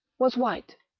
was white.